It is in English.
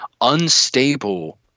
unstable